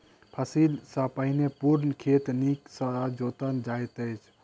फसिल सॅ पहिने पूर्ण खेत नीक सॅ जोतल जाइत अछि